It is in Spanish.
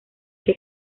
que